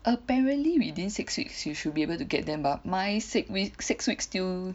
apparently within six weeks you should be able to get them but my six wee~ six weeks till